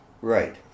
Right